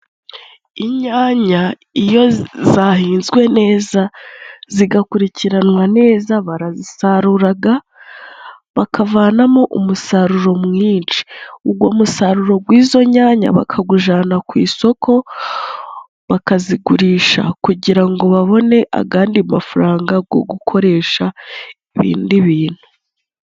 Inyanya iyo zahinzwe neza, zigakurikiranwa neza, barasaruraga bakavanamo umusaruro mwinshi. Ugwo musaruro gw'izo nyanya bakagujana ku isoko, bakazigurisha kugira ngo babone agandi mafaranga gwo gukoresha ibindi bintu.